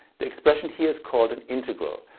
the expression here is called an integral.